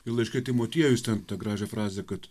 ir laiške timotiejui jis ten tą gražią frazę kad